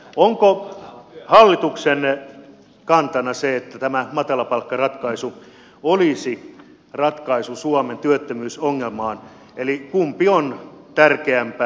onko hallituksen kantana se että tämä matalapalkkaratkaisu olisi ratkaisu suomen työttömyysongelmaan eli kumpi on tärkeämpää